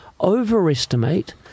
overestimate